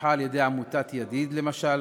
שפותחה על-ידי עמותת "ידיד", למשל,